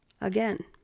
again